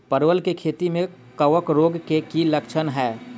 परवल केँ खेती मे कवक रोग केँ की लक्षण हाय?